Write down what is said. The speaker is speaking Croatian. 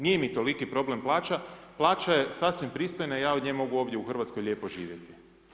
Nije mi toliki problem plaća, plaća je sasvim pristojna i ja od nje mogu ovdje u RH lijepo živjeti.